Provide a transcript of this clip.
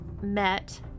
met